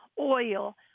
Oil